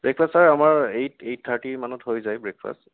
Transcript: breakfast sir আমাৰ eight eight thirty মানত হৈ যায় ব্ৰেকফাষ্ট